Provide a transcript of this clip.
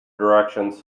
directions